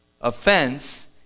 Offense